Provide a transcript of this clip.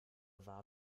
war